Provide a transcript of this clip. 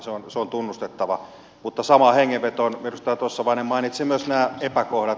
se on tunnustettava mutta samaan hengenvetoon edustaja tossavainen mainitsi myös nämä epäkohdat